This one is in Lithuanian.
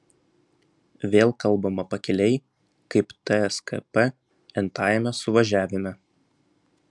vėl kalbama pakiliai kaip tskp n tajame suvažiavime